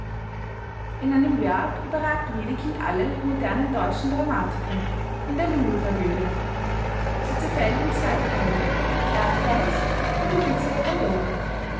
in einem werk überragt wedekind alle modernen deutschen dramatiker in der lulu-tragödie sie zerfällt in zwei teile erdgeist und die büchse der pandora